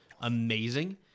Amazing